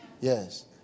Yes